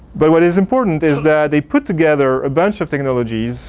but what is important is that they put together a bunch of technologies